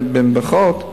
במירכאות,